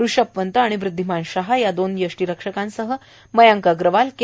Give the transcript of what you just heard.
ऋषभ पंत आणि वृध्दीमान शहा या दोन यष्टीरक्षकांसह मयांक अगरवाल के